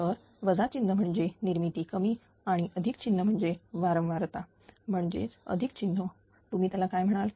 तर वजा चिन्ह म्हणजे निर्मिती कमी आणि अधिक चिन्ह म्हणजे वारंवारता म्हणजेच अधिक चिन्ह तुम्ही त्याला काय म्हणाल